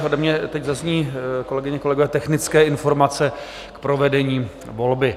Ode mě teď zazní, kolegyně, kolegové, technické informace k provedení volby.